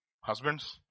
husbands